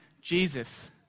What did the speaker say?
Jesus